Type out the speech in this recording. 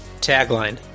Tagline